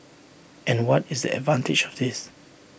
and what is the advantage of this